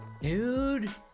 dude